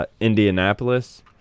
Indianapolis